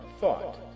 thought